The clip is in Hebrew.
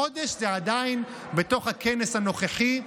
חודש זה עדיין בתוך הכנס הנוכחי,